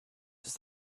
ist